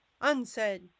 unsaid